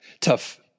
Tough